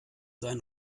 sein